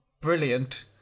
brilliant